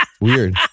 Weird